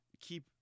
keep